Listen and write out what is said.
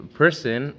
person